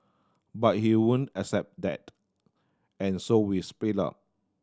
but he wouldn't accept that and so we split up